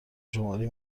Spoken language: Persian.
شماری